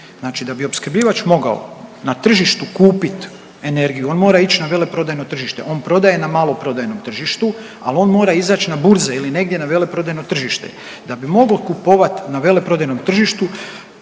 Znači da bi opskrbljivač mogao na tržištu kupit energiju on mora ići na veleprodajno tržište. On prodaje na maloprodajnom tržištu, ali on mora izaći na burze ili negdje na veleprodajno tržište. Da bi mogao kupovati na veleprodajnom tržištu